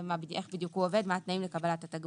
איך בדיוק הוא עובד ומה התנאים לקבלת התגמול.